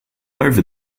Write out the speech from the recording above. over